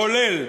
כולל